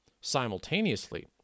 Simultaneously